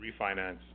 refinance